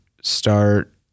start